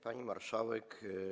Pani Marszałek!